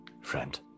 friend